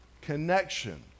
connection